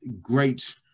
great